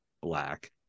black